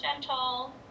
gentle